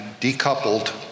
decoupled